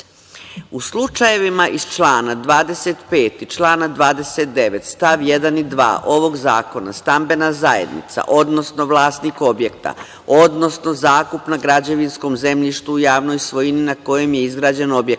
slučajevima iz člana 25. i člana 29. stav 1. i 2. ovog zakona stambena zajednica, odnosno vlasnik objekta, odnosno zakup na građevinskom zemljištu u javnoj svojini na kojem je izgrađen objekat,